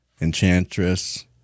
Enchantress